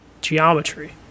geometry